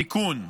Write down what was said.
תיקון.